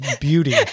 beauty